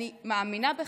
אני מאמינה בך,